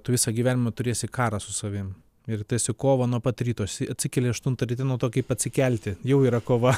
tu visą gyvenimą turėsi karą su savim ir tęsiu kovą nuo pat ryto atsikeli aštuntą ryte nuo to kaip atsikelti jau yra kova